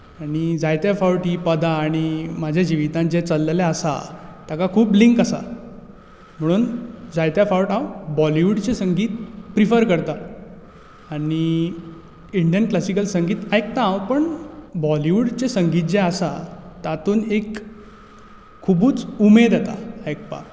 आनी जायते फावटी पदां आनी म्हज्या जिवितांत जें चललेलें आसा ताका खूब लिंक आसा म्हणून जायते फावट हांव बॉलीवुडचें संगीत प्रिफर करता आनी इंडियन क्लासिकल संगीत आयकता हांव पूण बॉलीवुडचें जें संगीत आसा तातूंत एक खुबूच उमेद येता आयकपाक